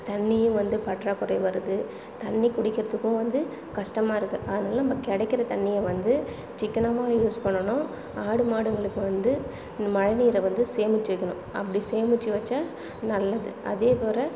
தண்ணியும் வந்து பற்றாக்குறை வருது தண்ணி குடிக்கறதுக்கும் வந்து கஷ்டமாக இருக்கு அதனால் நம்ப கிடைக்கிற தண்ணியை வந்து சிக்கனமாக யூஸ் பண்ணணும் ஆடு மாடுங்களுக்கு வந்து இந்த மழை நீரை வந்து சேமிச்சு வைக்கணும் அப்படி சேமிச்சு வச்சால் நல்லது அதே போல்